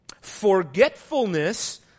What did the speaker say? forgetfulness